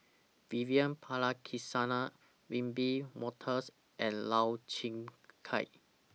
Vivian Balakrishnan Wiebe Wolters and Lau Chiap Khai